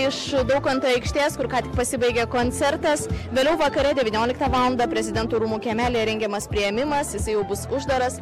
iš daukanto aikštės kur ką tik pasibaigė koncertas vėliau vakare devynioliktą valandą prezidento rūmų kiemelyje rengiamas priėmimas jisai jau bus uždaras